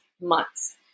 months